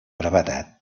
brevetat